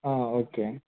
okay